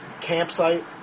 campsite